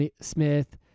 Smith